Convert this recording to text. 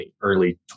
early